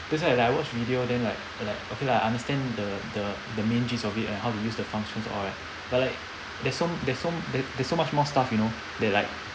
that's why like I watch video then like like okay lah I understand the the the main gist of it and how to use the functions all right but like there's so there's so there there's so much more stuff you know that like